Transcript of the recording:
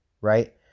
right